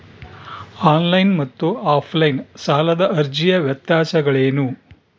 On line ಮತ್ತು offline ಸಾಲದ ಅರ್ಜಿಯ ವ್ಯತ್ಯಾಸಗಳೇನು?